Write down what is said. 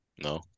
No